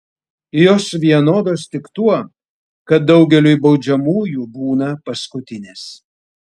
jos vienodos tik tuo kad daugeliui baudžiamųjų būna paskutinės